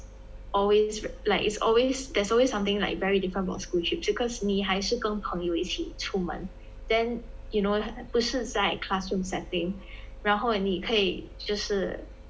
always like it's always there's always something like very different from school trips because 你还是跟朋友一起出门 then you know 不是在 classroom setting 然后你就是